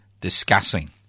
discussing